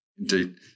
Indeed